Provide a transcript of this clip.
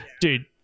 Dude